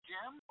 Jim